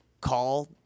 call